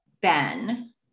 Ben